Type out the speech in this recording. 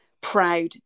proud